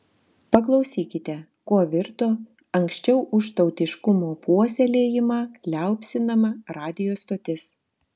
paklausykite kuo virto anksčiau už tautiškumo puoselėjimą liaupsinama radijo stotis